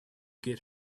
get